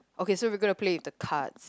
okay so we're gonna play with the cards